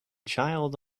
child